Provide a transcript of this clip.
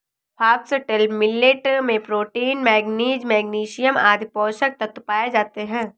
foxtail millet में protein, manganese, magnesium आदि पोषक तत्व पाए जाते है